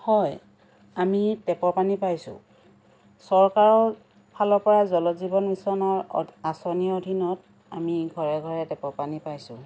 হয় আমি টেপৰ পানী পাইছোঁ চৰকাৰৰ ফালৰপৰা জলজীৱন মিছনৰ আঁচনিৰ অধীনত আমি ঘৰে ঘৰে টেপৰ পানী পাইছোঁ